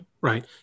right